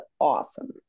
awesome